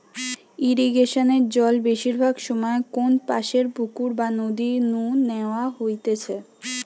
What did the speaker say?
ইরিগেশনে জল বেশিরভাগ সময় কোনপাশের পুকুর বা নদী নু ন্যাওয়া হইতেছে